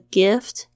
gift